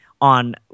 on